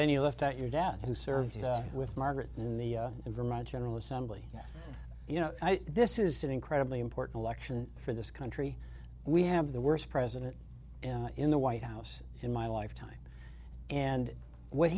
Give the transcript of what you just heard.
you left out your dad who served with margaret in the vermont general assembly yes you know this is an incredibly important election for this country we have the worst president in the white house in my lifetime and what